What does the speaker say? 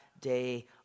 day